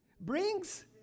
brings